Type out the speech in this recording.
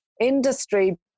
industry